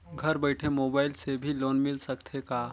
घर बइठे मोबाईल से भी लोन मिल सकथे का?